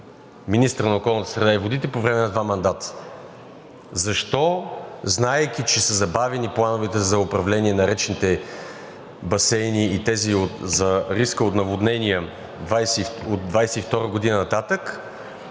среда и водите по време на двата мандата? Защо, знаейки, че са забавени плановете за управление на речните басейни и тези за риска от наводнения от 2022 г. нататък,